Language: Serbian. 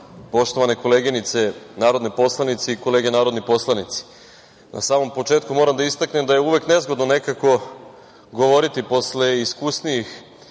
poštovane koleginice narodne poslanice i kolege narodni poslanici, na samom početku moram da istaknem da je uvek nezgodno nekako govoriti posle iskusnijih